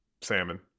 salmon